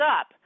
up